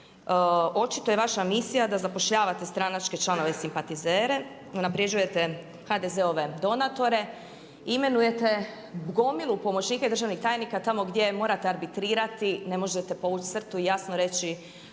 očito je vaša misija da zapošljavate stranačke članove i simpatizere, unaprjeđujete HDZ-ove donatore, imenujete gomilu pomoćnika i državnih tajnika tamo gdje morate arbitrirati, ne možete povući crtu i jasno reći